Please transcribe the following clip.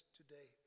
today